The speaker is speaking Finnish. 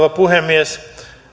rouva puhemies